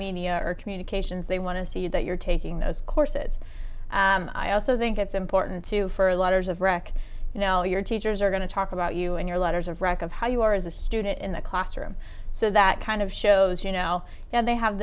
media or communications they want to see that you're taking those courses and i also think it's important to for a lot of wreck you know your teachers are going to talk about you and your letters of wreck of how you are as a student in the classroom so that kind of shows you know and they have